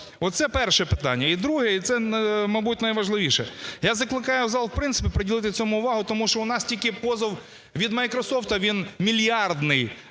Оце – перше питання. І друге, і це, мабуть, найважливіше: я закликаю зал в принципі приділити цьому увагу, тому що у нас тільки позов від "Майкрософту", він мільярдний.